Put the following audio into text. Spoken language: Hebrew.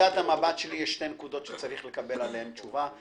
מנקודת המבט שלי יש שתי נקודות שצריך לקבל עליהן תשובה.